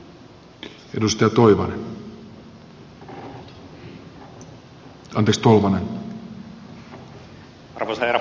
arvoisa herra puhemies